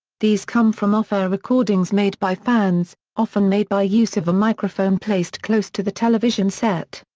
these come from off-air recordings made by fans, often made by use of a microphone placed close to the television set.